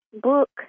book